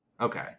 okay